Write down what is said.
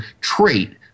trait